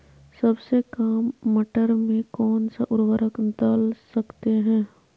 सबसे काम मटर में कौन सा ऊर्वरक दल सकते हैं?